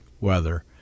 weather